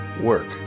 work